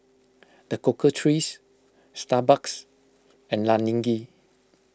the Cocoa Trees Starbucks and Laneige